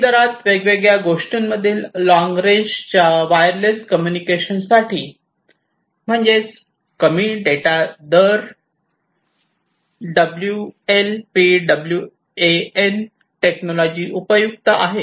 कमी दरात वेगवेगळ्या गोष्टींमधील लॉंग रेंजच्या वायरलेस कम्युनिकेशनसाठी म्हणजे कमी डेटा दर एलपीडब्ल्यूएएन टेक्नॉलॉजी उपयुक्त आहेत